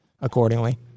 accordingly